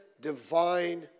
divine